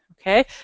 okay